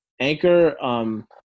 Anchor